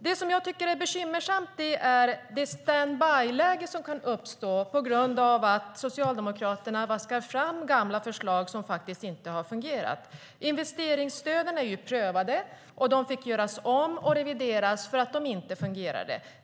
Det som jag tycker är bekymmersamt är det stand by-läge som kan uppstå på grund av att Socialdemokraterna vaskar fram gamla förslag som inte har fungerat. Investeringsstöden är prövade. De fick göras om och revideras därför att de inte fungerade.